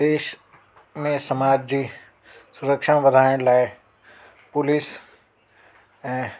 देश में समाज जी सुरक्षा वधायण लाइ पुलिस ऐं